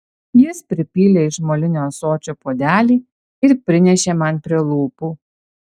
jis pripylė iš molinio ąsočio puodelį ir prinešė man prie lūpų